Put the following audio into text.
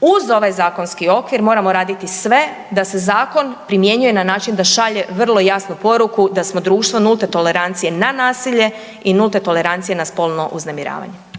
uz ovaj zakonski okvir moramo raditi sve da se zakon primjenjuje na način da šalje vrlo jasnu poruku da smo društvo nulte tolerancije na nasilje i nulte tolerancije na spolno uznemiravanje.